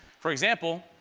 for example,